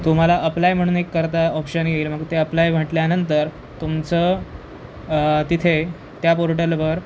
तुम्हाला अप्लाय म्हणून एक करता ऑप्शन येईल मग ते अप्लाय म्हटल्यानंतर तुमचं तिथे त्या पोर्टलवर